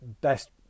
best